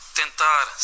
tentar